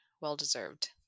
Well-deserved